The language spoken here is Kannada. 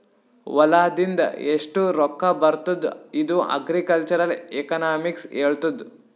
ಹೊಲಾದಿಂದ್ ಎಷ್ಟು ರೊಕ್ಕಾ ಬರ್ತುದ್ ಇದು ಅಗ್ರಿಕಲ್ಚರಲ್ ಎಕನಾಮಿಕ್ಸ್ ಹೆಳ್ತುದ್